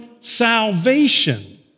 salvation